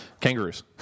Kangaroos